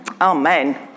Amen